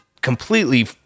completely